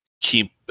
keep